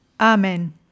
Amen